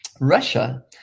Russia